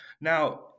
Now